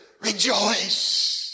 rejoice